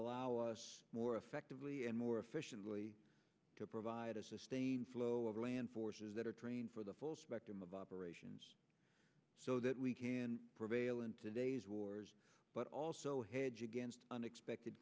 allow us more effectively and more efficiently to provide a sustained flow over land forces that are trained for the full spectrum of operations so that we can prevail in today's wars but also hedge against unexpected